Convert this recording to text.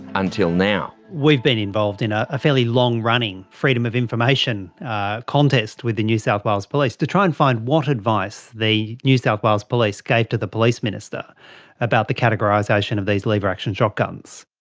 until now. we've been involved in a fairly long-running freedom of information contest with the new south wales police to try and find what advice the new south wales police gave to the police minister about the categorisation of these lever-action shotguns.